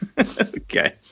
Okay